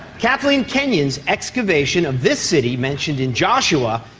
kathleen kenyon's excavation of this city mentioned in joshua,